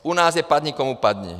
U nás je padni komu padni.